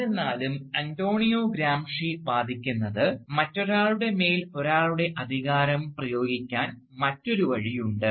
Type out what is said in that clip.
എന്നിരുന്നാലും Antonio Gramsci വാദിക്കുന്നത് മറ്റൊരാളുടെ മേൽ ഒരാളുടെ അധികാരം പ്രയോഗിക്കാൻ മറ്റൊരു വഴിയുണ്ട്